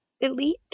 elite